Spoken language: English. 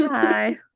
Hi